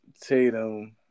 Tatum